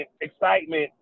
excitement